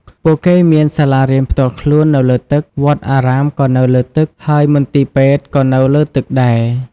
ពួកគេមានសាលារៀនផ្ទាល់ខ្លួននៅលើទឹក វត្តអារាមក៏នៅលើទឹក ហើយមន្ទីរពេទ្យក៏នៅលើទឹកដែរ។